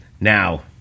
Now